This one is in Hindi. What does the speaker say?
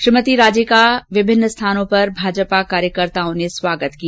श्रीमती राजे का विभिन्न स्थानों पर भाजपा कार्यकर्ताओं ने स्वागत किया